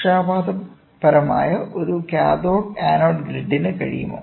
പക്ഷപാതപരമായ ഒരു cathode anode ഗ്രിഡിന് കഴിയുമോ